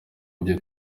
byo